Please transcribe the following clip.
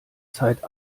zeit